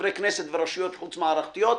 חברי כנסת ורשויות חוץ מערכתיות,